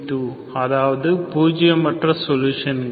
yxc2 அதாவது பூஜியமற்ற சொலுஷன்கள்